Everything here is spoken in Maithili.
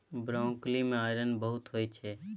ब्रॉकली मे आइरन बहुत होइ छै